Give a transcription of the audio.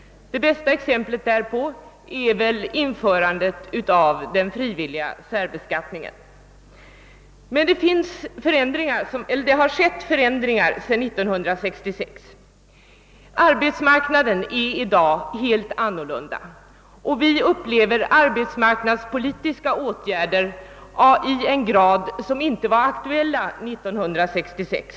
Det bästa exemplet därpå är väl införandet av den frivilliga särbeskattningen. Det har dock inträffat förändringar sedan 1966. Arbetsmarknaden är i dag helt annorlunda än då och vi upplever arbetsmarknadspolitiska åtgärder som inte var aktuella 1966.